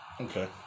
Okay